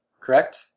correct